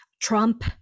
trump